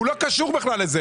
הוא לא קשור לזה.